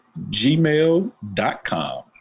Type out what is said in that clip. gmail.com